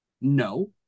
no